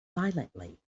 silently